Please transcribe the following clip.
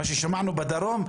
מה ששמענו בדרום,